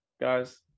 guys